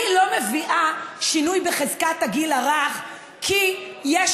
אני לא מביאה שינוי בחזקת הגיל הרך כי יש